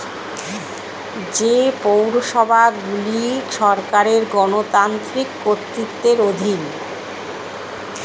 যে পৌরসভাগুলি সরকারের গণতান্ত্রিক কর্তৃত্বের অধীন